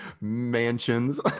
mansions